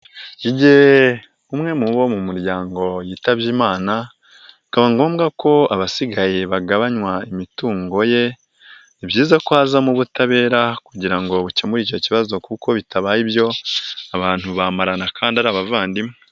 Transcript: Igihe umwe mu bo mu muryango yitabye Imana bikaba ngombwa ko abasigaye bagabanywa imitungo ye, ni byiza ko hazamo ubutabera kugira ngo bukemure icyo kibazo, kuko bitabaye ibyo abantu bamarana kandi ari abavandimwe.